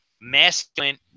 masculine –